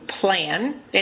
plan